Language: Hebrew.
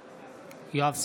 בעד יואב סגלוביץ,